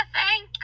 thank